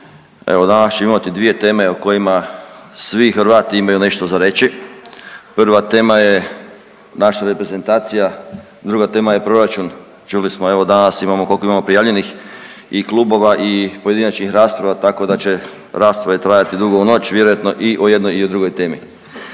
Evo danas ću imati dvije teme o kojima svi Hrvati imaju nešto za reći. Prva tema je naša reprezentacija, druga tema je proračun, čuli smo evo danas imamo, koliko imamo prijavljenih i klubova i pojedinačnih rasprava, tako da će rasprave trajati dugo u noć, vjerojatno i o jednoj i o drugoj temi.